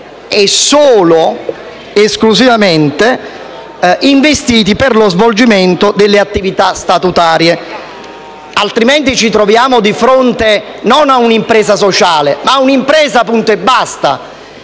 solo ed esclusivamente investiti per lo svolgimento delle attività statutarie. Altrimenti ci troviamo di fronte non ad un'impresa sociale, ma ad un'impresa punto e basta.